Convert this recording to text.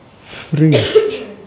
free